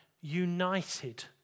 united